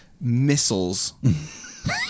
Missiles